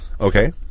Okay